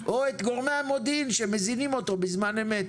או את גורמי המודיעין שמזינים אותו בזמן אמת,